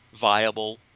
viable